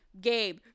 Gabe